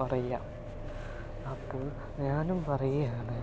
പറയാം അപ്പോൾ ഞാനും പറയുകയാണ്